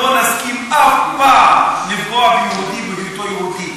לא נסכים אף פעם לפגוע ביהודי בהיותו יהודי.